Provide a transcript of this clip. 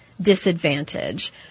disadvantage